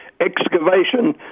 excavation